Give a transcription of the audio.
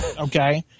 Okay